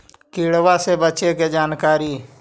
किड़बा से बचे के जानकारी?